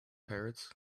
parrots